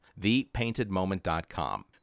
ThePaintedMoment.com